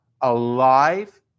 alive